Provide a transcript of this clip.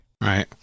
Right